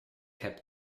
heb